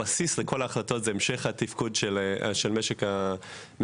הבסיס לכל ההחלטות הוא המשך התפקוד של משק האנרגיה.